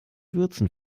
würzen